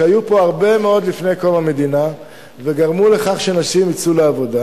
שהיו פה הרבה מאוד שנים לפני קום המדינה וגרמו לכך שאנשים יצאו לעבודה,